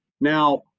Now